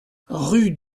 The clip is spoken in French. rue